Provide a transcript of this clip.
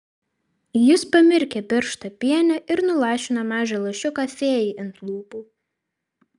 jis pamirkė pirštą piene ir nulašino mažą lašiuką fėjai ant lūpų